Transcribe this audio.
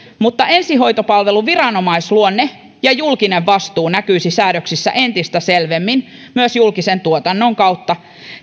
mutta ensihoitopalvelun viranomaisluonne ja julkinen vastuu näkyisivät säädöksissä entistä selvemmin myös julkisen tuotannon kautta